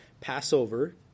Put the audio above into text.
Passover